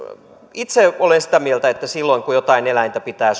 itse olen sitä mieltä että silloin kun jotain eläintä pitää